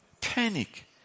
panic